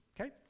okay